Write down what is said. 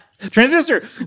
Transistor